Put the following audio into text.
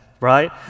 right